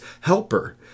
helper